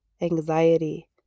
anxiety